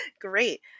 Great